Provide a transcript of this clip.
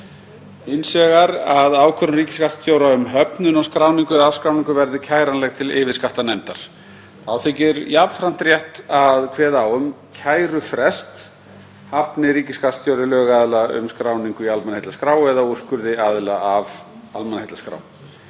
Hins vegar að ákvörðun ríkisskattstjóra um höfnun á skráningu eða afskráningu verði kæranleg til yfirskattanefndar. Þá þykir jafnframt rétt að kveða á um kærufrest hafni ríkisskattstjóri lögaðila um skráningu í almannaheillaskrá eða úrskurði aðila af almannaheillaskrá.